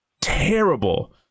terrible